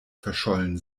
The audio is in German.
verschollen